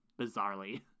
bizarrely